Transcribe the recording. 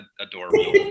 adorable